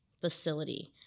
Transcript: facility